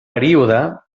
període